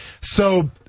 So-